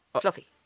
Fluffy